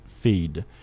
feed